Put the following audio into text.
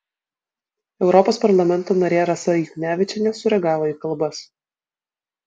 europos parlamento narė rasa juknevičienė sureagavo į kalbas